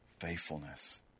faithfulness